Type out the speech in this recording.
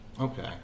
okay